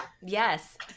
Yes